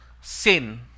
sin